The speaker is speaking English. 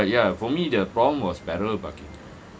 but ya for me the problem was parallel parking